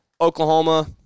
Oklahoma